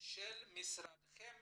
של משרדכם